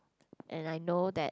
and I know that